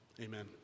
amen